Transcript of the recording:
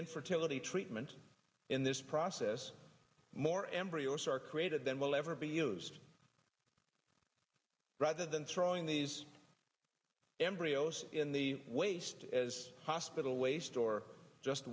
infertility treatment in this process more embryos are created than will ever be used rather than throwing these embryos in the waste as hospital waste or just